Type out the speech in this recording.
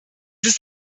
ist